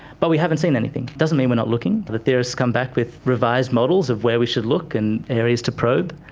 but we haven't seen anything. doesn't mean we're not looking. so the theorists come back with revised models of where we should look and areas to probe,